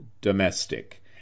domestic